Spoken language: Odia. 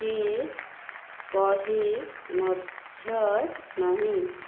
କି କହି ମଧ୍ୟ ନାହିଁ